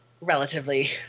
relatively